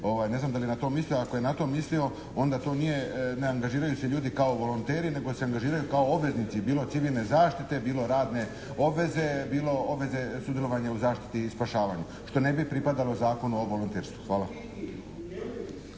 ne znam da li je na to mislio, a ako je na to mislio onda to nije, ne angažiraju se ljudi kao volonteri nego se angažiraju kao obveznici bilo civilne zaštite bilo radne obveze, bilo obveze sudjelovanja u zaštiti i spašavanju što ne bi pripadalo Zakonu o volonterstvu. Hvala.